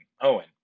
Owen